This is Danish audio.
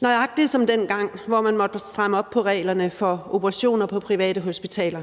nøjagtig som dengang, hvor man måtte stramme op på reglerne for operationer på private hospitaler.